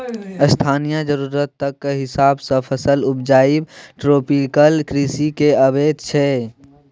स्थानीय जरुरतक हिसाब सँ फसल उपजाएब ट्रोपिकल कृषि मे अबैत छै